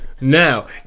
Now